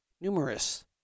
numerous